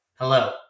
Hello